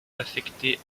affecté